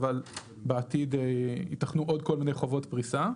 אבל בעתיד ייתכנו עוד כל מיני חובות פריסה.